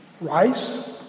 Rice